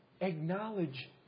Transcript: acknowledge